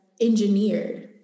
engineered